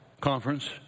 conference